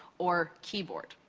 or keyboard.